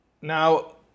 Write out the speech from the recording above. now